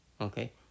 Okay